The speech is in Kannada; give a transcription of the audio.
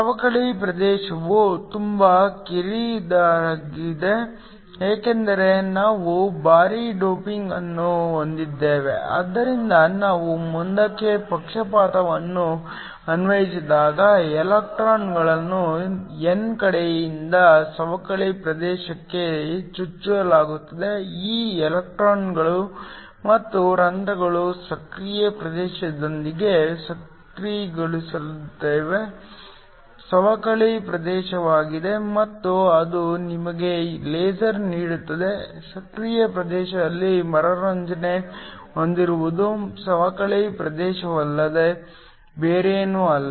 ಸವಕಳಿ ಪ್ರದೇಶವು ತುಂಬಾ ಕಿರಿದಾಗಿದೆ ಏಕೆಂದರೆ ನಾವು ಭಾರೀ ಡೋಪಿಂಗ್ ಅನ್ನು ಹೊಂದಿದ್ದೇವೆ ಆದ್ದರಿಂದ ನಾವು ಮುಂದಕ್ಕೆ ಪಕ್ಷಪಾತವನ್ನು ಅನ್ವಯಿಸಿದಾಗ ಎಲೆಕ್ಟ್ರಾನ್ಗಳನ್ನು n ಕಡೆಯಿಂದ ಸವಕಳಿ ಪ್ರದೇಶಕ್ಕೆ ಚುಚ್ಚಲಾಗುತ್ತದೆ ಈ ಎಲೆಕ್ಟ್ರಾನ್ಗಳು ಮತ್ತು ರಂಧ್ರಗಳು ಸಕ್ರಿಯ ಪ್ರದೇಶದೊಳಗೆ ಸೇರಿಕೊಳ್ಳುತ್ತವೆ ಸವಕಳಿ ಪ್ರದೇಶವಾಗಿದೆ ಮತ್ತು ಅದು ನಿಮಗೆ ಲೇಸರ್ ನೀಡುತ್ತದೆ ಸಕ್ರಿಯ ಪ್ರದೇಶದಲ್ಲಿ ಮರುಸಂಯೋಜನೆ ಹೊಂದಿರುವುದು ಸವಕಳಿ ಪ್ರದೇಶವಲ್ಲದೆ ಬೇರೇನೂ ಅಲ್ಲ